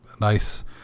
nice